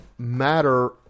Matter